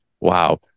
Wow